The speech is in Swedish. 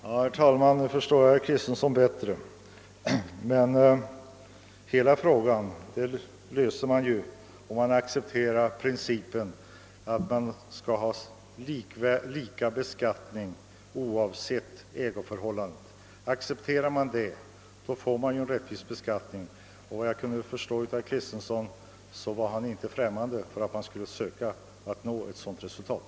Herr talman! Nu förstår jag herr Kristenson bättre. Man löser ju hela frågan om man accepterar principen att beskattningen skall vara lika oavsett ägarförhållandet. Accepterar man detta får man en rättvis beskattning. Om jag förstod herr Kristenson rätt var han inte främmande för att man skulle försöka uppnå ett sådant resultat.